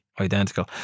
identical